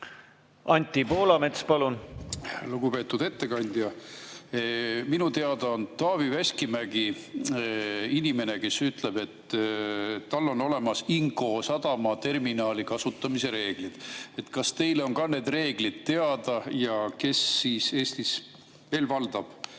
Anti Poolamets, palun! Lugupeetud ettekandja! Minu teada on Taavi Veskimägi inimene, kes ütleb, et tal on olemas Inkoo sadama terminali kasutamise reeglid. Kas teile on ka need reeglid teada? Ja kes Eestis veel valdab